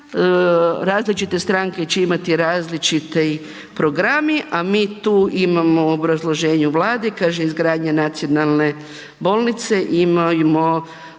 različite stranke će imati različite programe a mi tu imamo u obrazloženju Vlade, kaže izgradnja nacionalne bolnice,